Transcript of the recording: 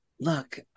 look